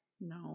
no